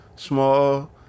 small